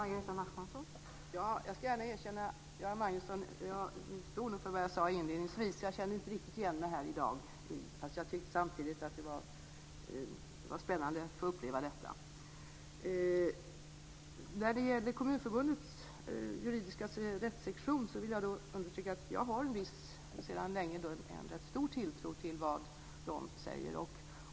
Fru talman! Jag ska gärna erkänna, Göran Magnusson, att jag står för vad jag sade inledningsvis. Jag kände inte riktigt igen mig här i dag. Men jag tyckte samtidigt att det var spännande att få uppleva detta. När det gäller Kommunförbundets juridiska rättssektion vill jag understryka att jag sedan länge har en rätt stor tilltro till vad de säger.